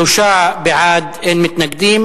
התשע"א 2011, לוועדת העבודה,